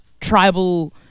tribal